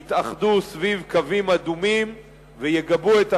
יתאחדו סביב קווים אדומים ויגבו את הממשלה,